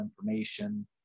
information